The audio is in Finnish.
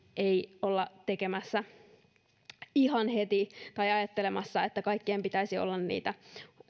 ei olla ihan heti ajattelemassa että kaikkien pitäisi olla niitä